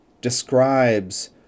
describes